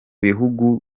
bihugu